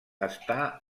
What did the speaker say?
està